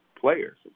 players